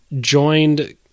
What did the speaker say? joined